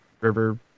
River